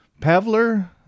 Pavler